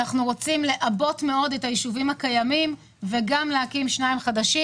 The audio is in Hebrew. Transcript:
אנחנו רוצים לעבות מאוד את היישובים הקיימים וגם להקים שניים חדשים.